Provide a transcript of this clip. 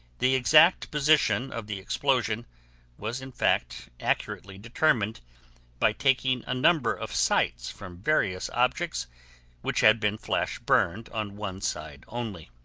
the exact position of the explosion was in fact accurately determined by taking a number of sights from various objects which had been flash burned on one side only.